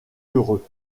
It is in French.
heureux